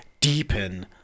Deepen